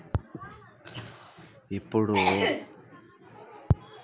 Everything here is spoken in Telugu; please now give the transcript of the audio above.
ఇప్పుడు పేద వ్యాపారులు చిన్న వ్యాపారులకు రుణాలు అందుబాటులో లేని మైక్రో లోన్లను తీసుకోవచ్చు